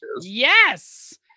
Yes